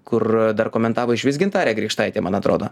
kur dar komentavo išvis gintarė grikštaitė man atrodo